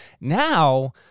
Now